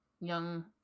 young